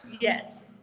Yes